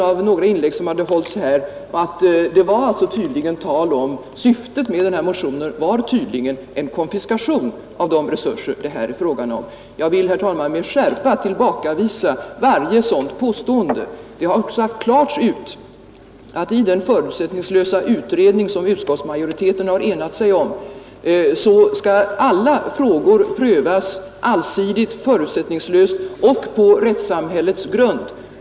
Av några inlägg som hade gjorts här drog herr Krönmark den slutsatsen att syftet med denna motion tydligen var en konfiskation av de resurser det här är fråga om. Jag vill, herr talman, med skärpa tillbakavisa varje sådant påstående. Det har sagts klart ut att i den förutsättningslösa utredning som utskottsmajoriteten har enat sig om skall alla frågor prövas allsidigt, förutsättningslöst och på rättssamhällets grund.